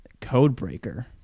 Codebreaker